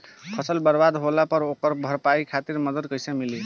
फसल बर्बाद होला पर ओकर भरपाई खातिर मदद कइसे मिली?